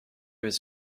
was